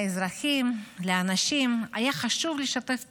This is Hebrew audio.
לאזרחים, לאנשים, היה חשוב לשתף פעולה: